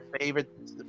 favorite